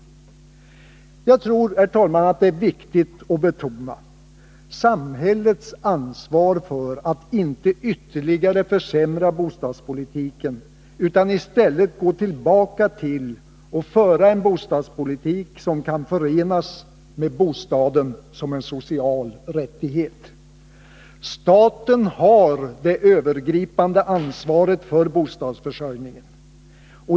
Jag tror, herr talman, att det är viktigt att betona samhällets ansvar för att bostadspolitiken inte ytterligare försämras, utan att det gäller att föra en bostadspolitik som är förenlig med tanken att bostaden är en social rättighet. Staten har det övergripande ansvaret för bostadsförsörjningen.